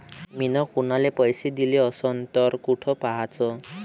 मिन कुनाले पैसे दिले असन तर कुठ पाहाचं?